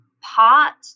pot